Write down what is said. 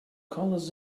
colors